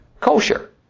kosher